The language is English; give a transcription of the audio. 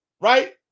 right